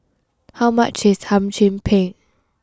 how much is Hum Chim Peng